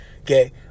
okay